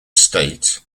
state